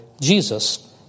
Jesus